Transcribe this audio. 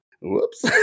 whoops